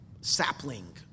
sapling